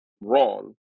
wrong